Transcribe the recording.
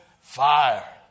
fire